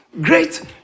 great